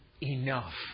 enough